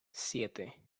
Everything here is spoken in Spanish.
siete